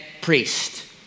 priest